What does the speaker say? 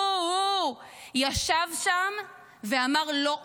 הוא-הוא ישב שם ואמר: לא.